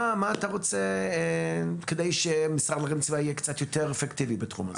מה אתה רוצה כדי שהמשרד להגנת הסביבה יהיה קצת יותר אפקטיבי בתחום הזה?